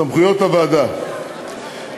סמכויות הוועדה,